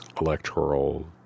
electoral